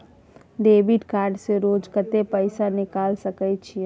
Debit card से रोज कत्ते पैसा निकाल सके छिये?